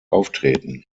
auftreten